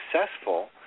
successful